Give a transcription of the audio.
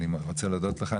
אני רוצה להודות לך,